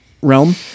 realm